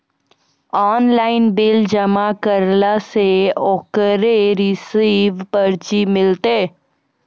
Online bill जमा करला से ओकरौ रिसीव पर्ची मिलतै?